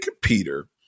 Peter